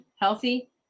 healthy